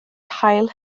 hail